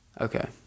Okay